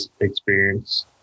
experience